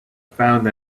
found